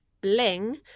bling